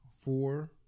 Four